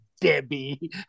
debbie